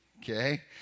Okay